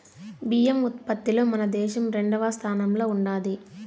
బియ్యం ఉత్పత్తిలో మన దేశం రెండవ స్థానంలో ఉండాది